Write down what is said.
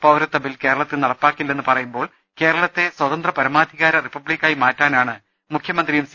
പൌരത്വബിൽ കേരളത്തിൽ ന ടപ്പാക്കില്ലെന്ന് പറയുമ്പോൾ കേരളത്തെ സ്വതന്ത്രപരമാധികാര റിപ്പബ്ലിക്കായി മാറ്റാനാണ് മുഖ്യമന്ത്രിയും സി